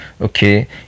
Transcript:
Okay